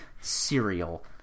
Cereal